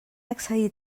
accedir